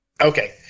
Okay